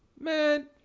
Man